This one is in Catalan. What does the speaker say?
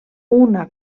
una